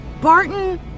Barton